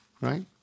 right